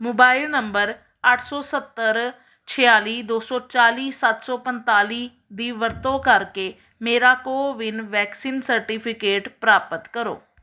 mobile number ਅੱਠ ਸੌ ਸੱਤਰ ਛਿਆਲੀ ਦੋ ਸੌ ਚਾਲੀ ਸੱਤ ਸੌ ਪੰਤਾਲੀ ਦੀ ਵਰਤੋਂ ਕਰਕੇ ਮੇਰਾ ਕੋਵਿਨ ਵੈਕਸੀਨ ਸਰਟੀਫਿਕੇਟ ਪ੍ਰਾਪਤ ਕਰੋ